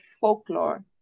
folklore